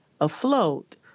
afloat